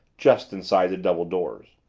just inside the double doors.